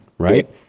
Right